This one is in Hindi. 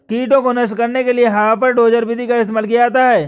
कीटों को नष्ट करने के लिए हापर डोजर विधि का इस्तेमाल किया जाता है